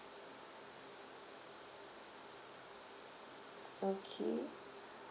okay